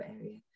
area